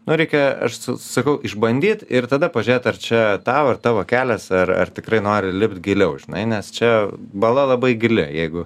nu reikia aš sa sakau išbandyt ir tada pažėt ar čia tau ar tavo kelias ar ar tikrai nori lipt giliau žinai nes čia bala labai gili jeigu